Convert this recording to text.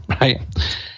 right